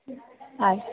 ಆಯ್ತು